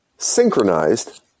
synchronized